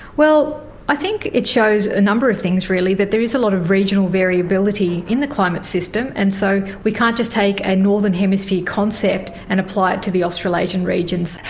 well, i think it shows a number of things really, that there is a lot of regional variability in the climate system, and so we can't just take a and northern hemisphere concept and apply it to the australasian regions.